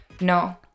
no